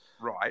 right